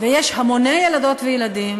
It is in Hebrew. ויש המוני ילדות וילדים